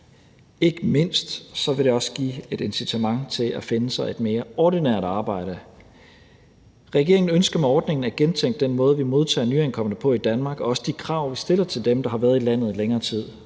ikke mindst også give et incitament til at finde sig et mere ordinært arbejde. Regeringen ønsker med ordningen at gentænke den måde, vi modtager nyankomne på i Danmark, og også de krav, vi stiller til dem, der har været i landet i længere tid.